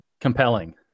compelling